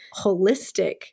holistic